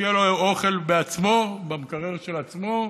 ושיהיה לו אוכל בעצמו, במקרר של עצמו,